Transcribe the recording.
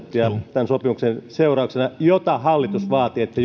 tämän sopimuksen seurauksena hallitus vaati että